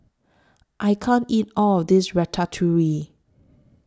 I can't eat All of This Ratatouille